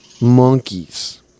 monkeys